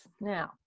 now